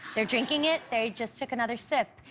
they're drinking it. they just took another sip.